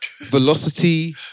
velocity